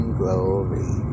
glory